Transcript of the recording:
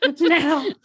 now